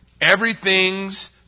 Everything's